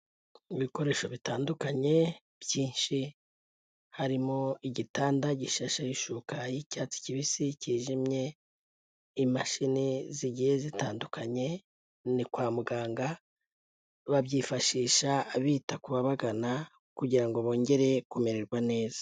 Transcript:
Ibikoresho bitandukanye byinshi harimo igitanda gishasheho ishuka y'icyatsi kibisi kijimye imashini zigiye zitandukanye ni kwa muganga, babyifashisha bita ku babagana kugirango bongere kumererwa neza.